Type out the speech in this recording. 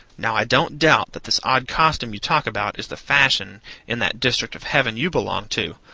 now i don't doubt that this odd costume you talk about is the fashion in that district of heaven you belong to,